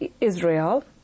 Israel